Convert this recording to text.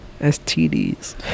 stds